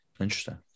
interesting